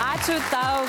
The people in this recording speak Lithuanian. ačiū tau